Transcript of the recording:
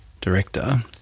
director